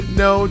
no